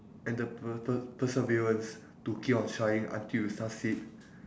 and the per~ per~ perseverance to keep on trying until you succeed